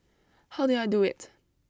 how did I do it